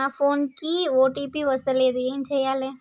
నా ఫోన్ కి ఓ.టీ.పి వస్తలేదు ఏం చేయాలే?